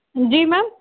जी ma'am